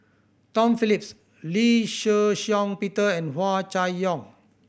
Tom Phillips Lee Shih Shiong Peter and Hua Chai Yong